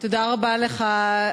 תודה רבה לך,